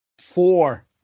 Four